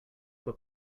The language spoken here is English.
were